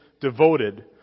devoted